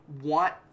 want